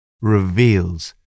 reveals